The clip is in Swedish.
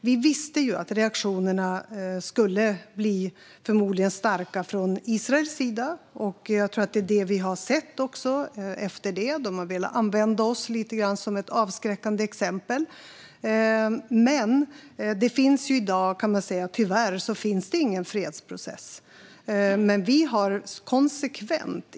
Vi anade att det skulle bli starka reaktioner från Israel, och det har vi också sett. Man har velat använda oss som ett avskräckande exempel. Tyvärr finns det ingen fredprocess i dag.